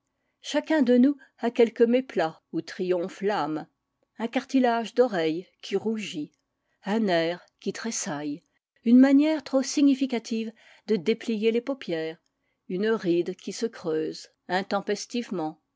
chacun de nous a quelque méplat où triomphe l'âme un cartilage d'oreille qui rougit un nerf qui tressaille une manière trop significative de déplier les paupières une ride qui se creuse